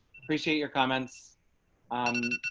we see your comments on